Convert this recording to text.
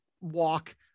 walk